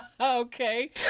okay